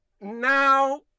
Now